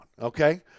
Okay